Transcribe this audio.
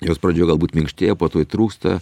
jos pradžioj galbūt minkštėja po to įtrūksta